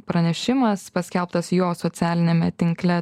pranešimas paskelbtas jo socialiniame tinkle